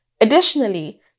Additionally